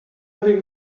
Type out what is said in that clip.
avec